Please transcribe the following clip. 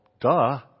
duh